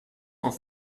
auf